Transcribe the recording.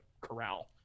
corral